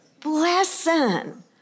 Blessing